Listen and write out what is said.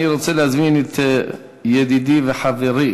אני רוצה להזמין את ידידי וחברי